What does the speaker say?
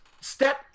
Step